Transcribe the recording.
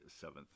seventh